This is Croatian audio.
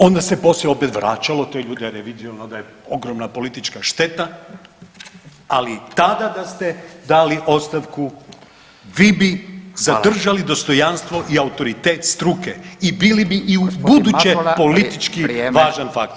Onda se poslije opet vraćalo te ljude jer je viđeno da je ogromna politička šteta, ali tada da ste dali ostavku vi bi zadržali [[Upadica Radin: Hvala.]] dostojanstvo i autoritet struke i bili bi i ubuduće politički važan faktor.